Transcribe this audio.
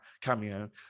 cameo